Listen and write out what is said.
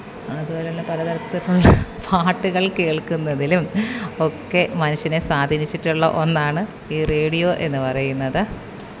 അതുപോലെ തന്നെ പല തരത്തിലുള്ള പാട്ടുകള് കേള്ക്കുന്നതിലും ഒക്കെ മനുഷ്യനെ സ്വാധീനിച്ചിട്ടുള്ള ഒന്നാണ് ഈ റേഡിയോ എന്ന് പറയുന്നത്